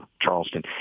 Charleston